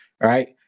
right